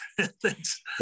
Thanks